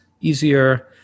easier